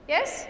Yes